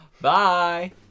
Bye